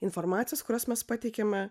informacijos kurios mes pateikiame